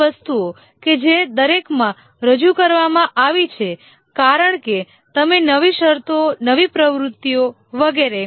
નવી વસ્તુઓ કે જે દરેકમાં રજૂ કરવામાં આવી છે કારણ કે તમે નવી શરતો નવી પ્રવૃત્તિઓ અને વગેરે